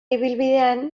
ibilbidean